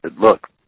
look